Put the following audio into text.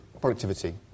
Productivity